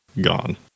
gone